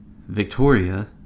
Victoria